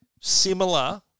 similar